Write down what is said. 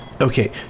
okay